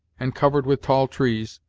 and covered with tall trees,